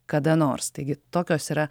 kada nors taigi tokios yra